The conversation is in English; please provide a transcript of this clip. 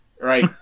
right